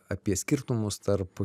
apie skirtumus tarp